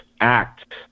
act